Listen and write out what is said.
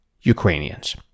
Ukrainians